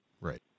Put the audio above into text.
Right